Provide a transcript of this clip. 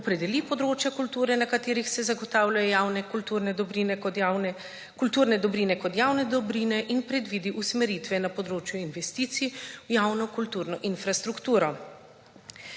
opredeli področja kulture, na katerih se zagotavljajo kulturne dobrine kot javne dobrine, in predvidi usmeritve na področju investicij v javno kulturno infrastrukturo.